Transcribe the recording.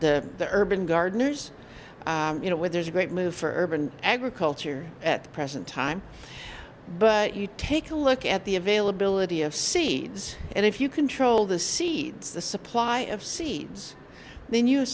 the urban gardeners you know where there's a great move for urban agriculture at the present time but you take a look at the availability of sea and if you control the seeds the supply of seeds then